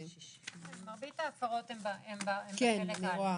מרבית ההפרות הן בחלק א',